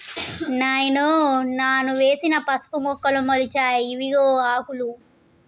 నాయనో నాను వేసిన పసుపు మొక్కలు మొలిచాయి ఇవిగో ఆకులు